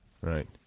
Right